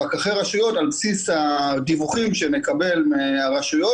פקחי הרשויות על בסיס הדיווחים שנקבל מהרשויות.